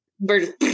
Bird